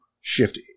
shift